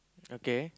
okay